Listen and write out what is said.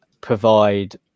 provide